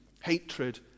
hatred